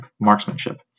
marksmanship